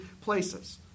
places